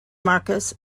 marcus